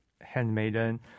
Handmaiden